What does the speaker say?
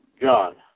John